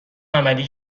عملی